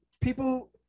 people